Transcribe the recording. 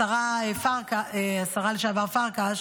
השרה לשעבר פרקש.